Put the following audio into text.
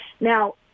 Now